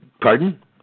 Pardon